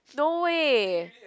no way